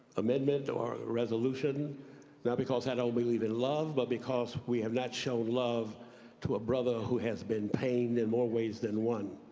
amendments or resolution not because i don't believe in love love, but because we have not shown love to a brother who has been pained in more ways than one.